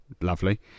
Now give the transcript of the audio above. lovely